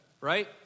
right